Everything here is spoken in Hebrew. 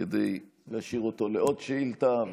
כדי להשאיר אותו לעוד שאילתה,